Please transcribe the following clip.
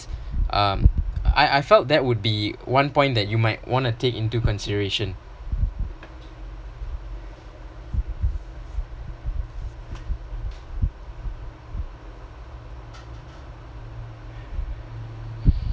um I I felt that would be one point that you might want to take into consideration